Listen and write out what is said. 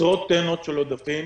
עשרות טונות של עודפים,